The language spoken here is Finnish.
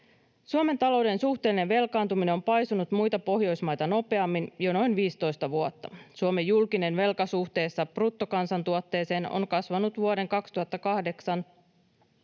Suomen talouden suhteellinen velkaantuminen on paisunut muita Pohjoismaita nopeammin jo noin 15 vuotta. Suomen julkinen velka suhteessa bruttokansantuotteeseen on kasvanut vuoden 2008